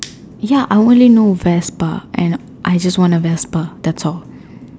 ya I only know Vespa and I just want a Vespa that's all